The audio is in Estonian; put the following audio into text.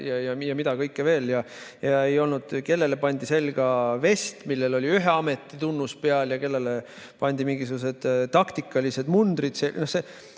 ja mida kõike veel, kellele pandi selga vest, millel oli ühe ameti tunnus peal, ja kellele pandi selga mingisugused taktikalised mundrid.